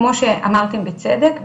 כמו שאמרתם בצדק,